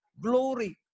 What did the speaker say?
glory